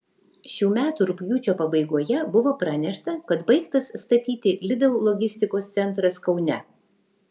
šių metų rugpjūčio pabaigoje buvo pranešta kad baigtas statyti lidl logistikos centras kaune